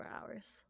hours